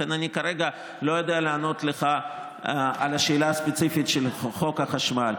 לכן אני כרגע לא יודע לענות לך על השאלה הספציפית של חוק החשמל.